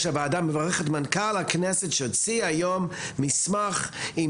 6. הוועדה מברכת מנכ"ל הכנסת שהוציא היום מסמך עם